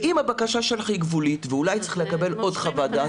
אם הבקשה שלך היא גבולית ואולי צריך לקבל עוד חוות דעת